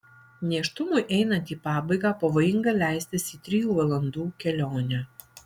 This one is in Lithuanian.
nėštumui einant į pabaigą pavojinga leistis į trijų valandų kelionę